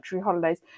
holidays